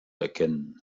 erkennen